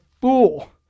fool